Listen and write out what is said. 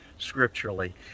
scripturally